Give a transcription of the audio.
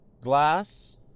glass